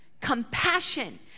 Compassion